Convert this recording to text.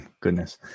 Goodness